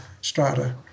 strata